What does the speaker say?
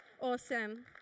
Awesome